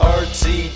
Artsy